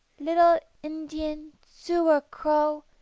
little indian, sioux or crow,